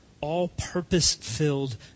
all-purpose-filled